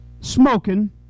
smoking